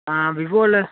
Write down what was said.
ஆ விவோவில்